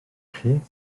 chi